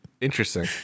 Interesting